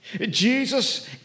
Jesus